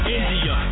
India